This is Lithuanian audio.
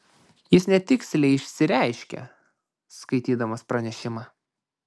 jis netiksliai išsireiškė skaitydamas pranešimą